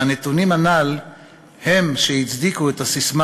והנתונים הנ"ל הם שהצדיקו את הססמה